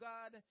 God